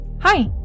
Hi